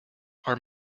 are